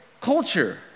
culture